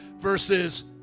versus